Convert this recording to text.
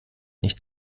nicht